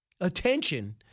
attention